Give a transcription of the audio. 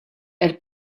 elle